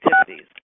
activities